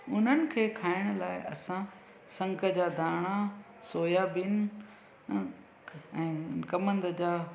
उन्हनि खे खाइण लाइ असां शंक जा दाणा सोयाबिन अ ऐं कमंद जा